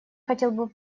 хотел